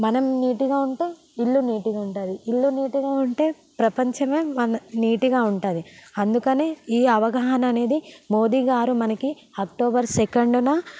మనం నీట్గా ఉంటే ఇళ్ళు నీట్గా ఉంటుంది ఇళ్ళు నీట్గా ఉంటే ప్రపంచమే మన నీట్గా ఉంటుంది అందుకనే ఈ అవగాహననేది మోదీగారు మనకి అక్టోబర్ సెకండున